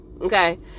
Okay